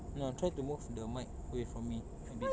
no I'm trying to move the mic away from me a bit